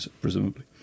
presumably